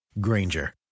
Granger